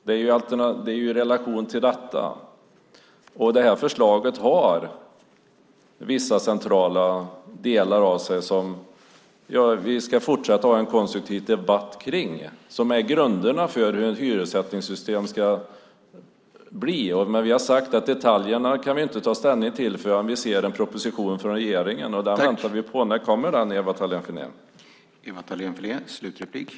Det här förslaget har vissa centrala delar som vi ska fortsätta att ha en konstruktiv debatt om. De är grunderna för hur ett hyressättningssystem ska bli. Vi har sagt att vi inte kan ta ställning till detaljerna förrän vi har en proposition från regeringen. Den väntar vi på. När kommer den, Ewa Thalén Finné?